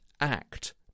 act